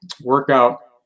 workout